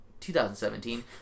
2017